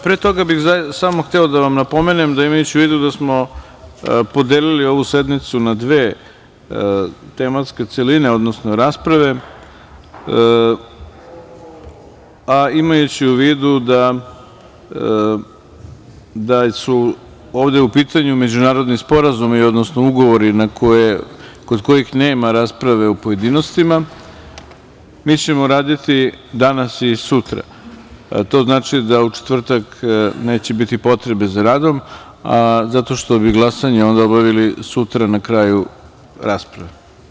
Pre toga bih samo hteo da vam napomenem da, imajući u vidu da smo podelili ovu sednicu na dve tematske celine, odnosno rasprave, a imajući u vidu da su ovde u pitanju međunarodni sporazumi, odnosno ugovori kod kojih nema rasprave u pojedinostima, mi ćemo raditi danas i sutra, a to znači da u četvrtak neće biti potrebe za radom zato što bi glasanje obavili sutra na kraju rasprave.